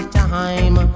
time